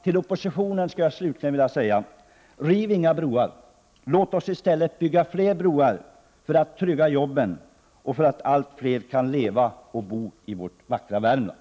Till oppositionen skulle jag slutligen vilja säga: Riv inga broar! Låt oss i stället bygga flera broar för att trygga jobben och så att allt fler kan leva och bo i vårt vackra län Värmland.